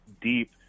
deep